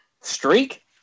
streak